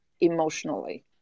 emotionally